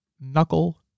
knuckle